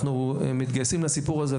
אנחנו מתגייסים לסיפור הזה.